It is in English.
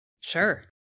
Sure